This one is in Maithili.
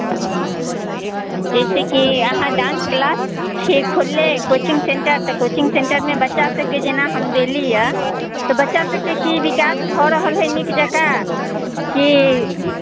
जैसे कि अहाँ डांस क्लास छियै खोलने कोचिंग सेंटर तऽ कोचिंग सेंटरमे जेना बच्चा सभके हम देलीह है तऽ बच्चा सभके कि विकास भऽ रहल है नीक जकाँ की